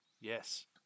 Yes